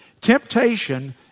Temptation